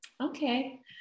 okay